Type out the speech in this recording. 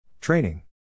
Training